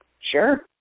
Sure